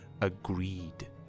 agreed